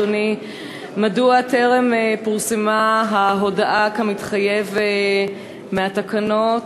אדוני: 1. מדוע טרם פורסמה ההודעה כמתחייב מהתקנות?